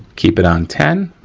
keep it on ten.